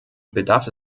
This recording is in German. bedarf